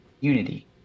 unity